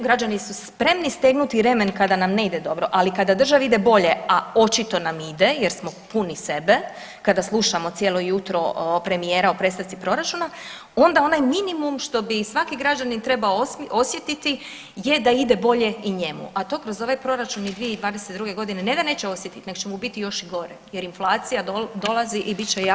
Građani su spremni stegnuti remen kada nam ne ide dobro, ali kada državi ide bolje a očito nam ide jer smo puni sebe kada slušamo cijelo jutro premijera o predstavci Proračuna, onda onaj minimum što bi svaki građanin trebao osjetiti je da ide bolje i njemu, a to kroz ovaj Proračun i 2022. godine, ne da neće osjetiti, nego će mu biti još i gore, jer inflacija dolazi i bit će jako teško.